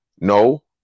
no